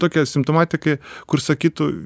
tokia simptomatika kur sakytų